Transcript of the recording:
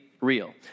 Real